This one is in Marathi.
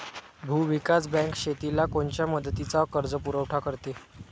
भूविकास बँक शेतीला कोनच्या मुदतीचा कर्जपुरवठा करते?